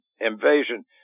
invasion